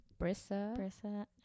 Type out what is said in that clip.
Brissa